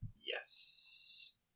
Yes